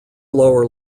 lower